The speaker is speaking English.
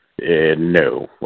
No